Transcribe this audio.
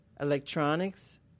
electronics